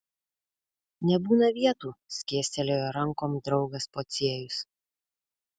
nebūna vietų skėstelėjo rankom draugas pociejus